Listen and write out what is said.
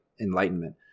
enlightenment